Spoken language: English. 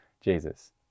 Jesus